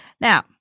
Now